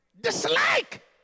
Dislike